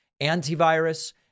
antivirus